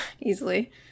easily